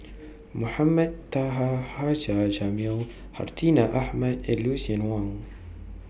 Mohamed Taha Haji Jamil Hartinah Ahmad and Lucien Wang